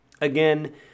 again